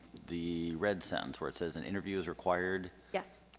the red sentence where it says an interview is required? yes.